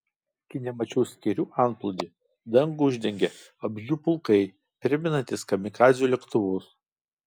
kine mačiau skėrių antplūdį dangų uždengė vabzdžių pulkai primenantys kamikadzių lėktuvus